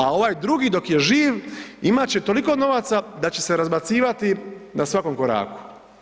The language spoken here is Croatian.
A ovaj drugi dok je živ imat će toliko novaca da će se razbacivati na svakom koraku.